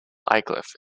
aycliffe